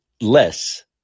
less